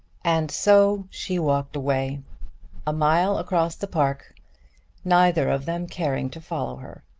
and so she walked away a mile across the park neither of them caring to follow her.